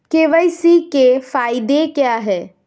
KYC के फायदे क्या है?